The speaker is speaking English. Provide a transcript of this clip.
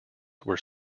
were